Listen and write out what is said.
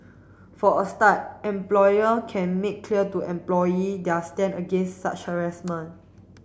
for a start employer can make clear to employee their stand against such harassment